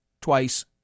twice